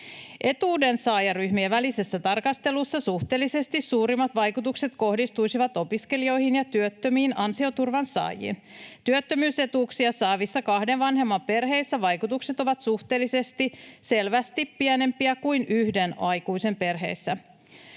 Etuudensaajaryhmien välisessä tarkastelussa suhteellisesti suurimmat vaikutukset kohdistuisivat opiskelijoihin ja työttömiin ansioturvan saajiin. Työttömyysetuuksia saavissa kahden vanhemman perheissä vaikutukset ovat suhteellisesti selvästi pienempiä kuin yhden aikuisen perheissä.